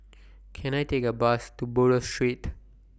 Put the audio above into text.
Can I Take A Bus to Buroh Street